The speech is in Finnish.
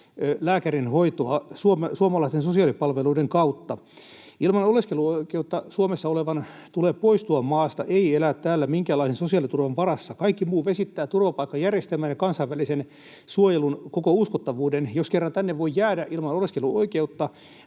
lääkärin hoitoa suomalaisten sosiaalipalveluiden kautta. Ilman oleskeluoikeutta Suomessa olevan tulee poistua maasta, ei elää täällä minkäänlaisen sosiaaliturvan varassa. Kaikki muu vesittää turvapaikkajärjestelmän ja kansainvälisen suojelun koko uskottavuuden. Jos kerran tänne voi jäädä ilman oleskeluoikeutta,